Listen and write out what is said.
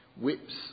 whips